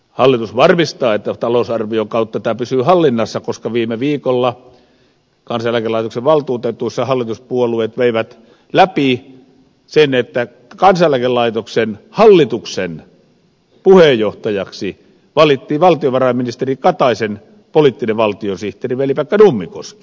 hallitus varmistaa että talousarvion kautta tämä pysyy hallinnassa koska viime viikolla kansaneläkelaitoksen valtuutetuissa hallituspuolueet veivät läpi sen että kansaneläkelaitoksen hallituksen puheenjohtajaksi valittiin valtiovarainministeri kataisen poliittinen valtiosihteeri veli pekka nummikoski